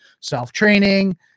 self-training